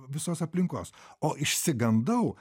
visos aplinkos o išsigandau